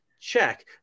check